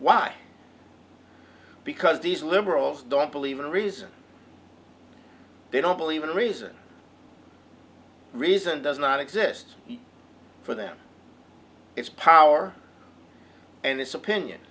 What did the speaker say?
why because these liberals don't believe in reason they don't believe in reason reason does not exist for them it's power and it's opinion